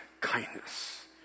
kindness